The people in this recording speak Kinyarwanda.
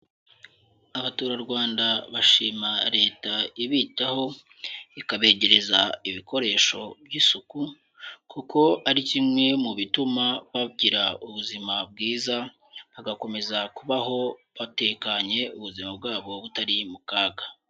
Abaturarwanda bashima Leta ibitaho, ikabegereza ibikoresho by'isuku kuko ari kimwe mu bituma bagira ubuzima bwiza, bagakomeza kubaho batekanye ubuzima bwabo butari mu kaga.